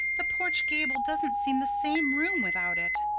the porch gable doesn't seem the same room without it.